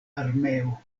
armeo